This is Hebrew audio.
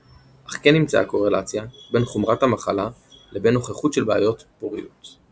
אך כן נמצאה קורלציה בין חומרת המחלה לבין נוכחות של בעיות פוריות.